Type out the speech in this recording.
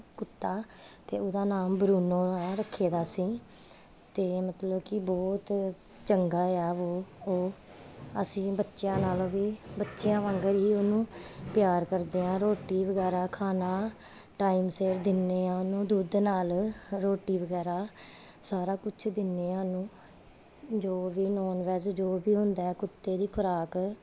ਕੁੱਤਾ ਅਤੇ ਉਹਦਾ ਨਾਮ ਬਰੂਨੋ ਆ ਰੱਖੇ ਦਾ ਅਸੀਂ ਅਤੇ ਮਤਲਬ ਕਿ ਬਹੁਤ ਚੰਗਾ ਆ ਵੋ ਉਹ ਅਸੀਂ ਬੱਚਿਆਂ ਨਾਲੋਂ ਵੀ ਬੱਚਿਆਂ ਵਾਂਗਰ ਹੀ ਉਹਨੂੰ ਪਿਆਰ ਕਰਦੇ ਹਾਂ ਰੋਟੀ ਵਗੈਰਾ ਖਾਣਾ ਟਾਈਮ ਸਿਰ ਦਿੰਦੇ ਹਾਂ ਉਹਨੂੰ ਦੁੱਧ ਨਾਲ ਰੋਟੀ ਵਗੈਰਾ ਸਾਰਾ ਕੁਝ ਦਿੰਦੇ ਹਾਂ ਉਹਨੂੰ ਜੋ ਵੀ ਨੋਨ ਵੈਜ ਜੋ ਵੀ ਹੁੰਦਾ ਕੁੱਤੇ ਦੀ ਖੁਰਾਕ